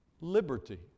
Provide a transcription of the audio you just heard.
Liberty